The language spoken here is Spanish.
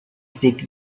steve